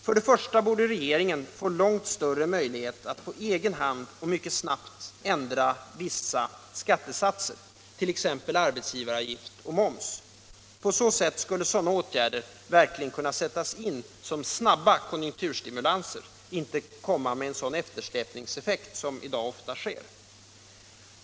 För det första borde regeringen få större möjligheter att på egen hand och mycket snabbt ändra vissa skattesatser, t.ex. arbetsgivaravgift och moms. På så sätt skulle sådana åtgärder verkligen kunna sättas in som snabba konjunkturstimulanser och inte komma med en sådan eftersläpningseffekt som i dag ofta sker.